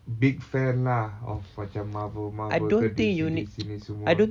big fan lah of macam marvel marvel ke D_C D_C ni semua